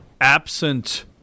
absent